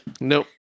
Nope